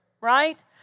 right